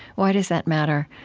why does that matter,